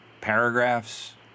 Paragraphs